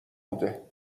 بوده